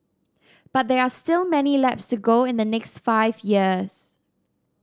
but there are still many laps to go in the next five years